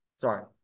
sorry